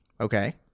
Okay